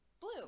Blue